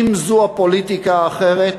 אם זו הפוליטיקה האחרת,